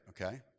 okay